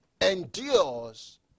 endures